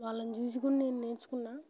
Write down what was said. వాళ్ళని చూసి కూడా నేను నేర్చుకున్నాను